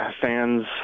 fans